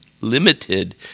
limited